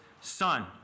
son